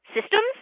systems